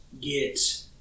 get